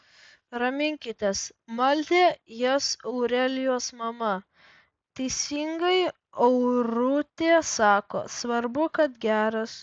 raminkitės maldė jas aurelijos mama teisingai aurutė sako svarbu kad geras